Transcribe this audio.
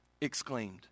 exclaimed